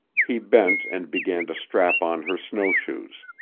he bent and began to strap on her snowshoes.